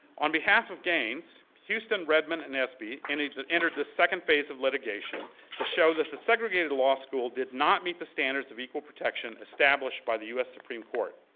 on behalf of gaines, houston, redmond, and espy entered the entered the second phase of litigation to show that the segregated law school did not meet the standards of equal protection established by the u s. supreme court.